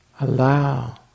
allow